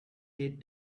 heed